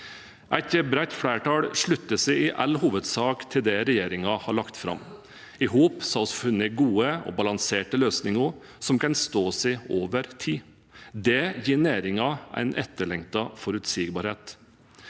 Et bredt flertall slutter seg i all hovedsak til det regjeringen har lagt fram. Sammen har vi funnet gode og balanserte løsninger som kan stå seg over tid. Det gir næringen en etterlengtet forutsigbarhet.